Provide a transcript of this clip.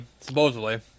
supposedly